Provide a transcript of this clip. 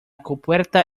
compuerta